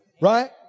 Right